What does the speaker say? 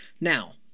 now